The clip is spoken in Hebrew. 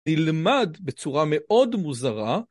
‫נלמד בצורה מאוד מוזרה.